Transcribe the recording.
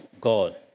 God